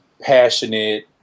passionate